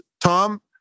Tom